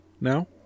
now